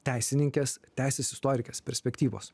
teisininkės teisės istorikės perspektyvos